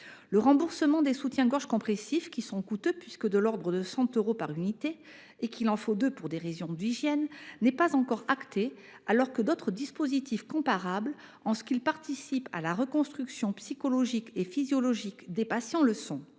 Le remboursement des soutiens gorges compressifs, qui sont coûteux – de l’ordre de 100 euros par unité, et il en faut deux pour des raisons d’hygiène – n’est pas encore acté, alors que d’autres dispositifs comparables, en ce qu’ils participent à la reconstruction psychologique et physiologique des patients, le sont.